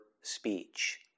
speech